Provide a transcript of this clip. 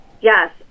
Yes